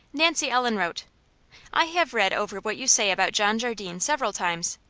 nancy ellen wrote i have read over what you say about john jardine several times.